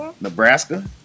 Nebraska